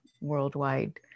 worldwide